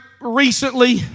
recently